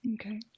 Okay